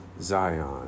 Zion